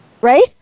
right